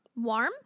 Warm